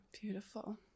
Beautiful